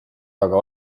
taga